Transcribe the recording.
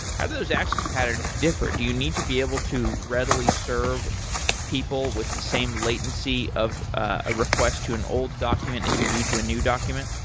how do those access patterns differ? do you need to be able to readily serve people with the same latency of a request to an old document as you do to a new document?